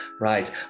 right